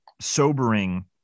sobering